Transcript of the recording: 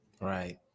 Right